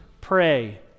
pray